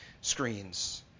screens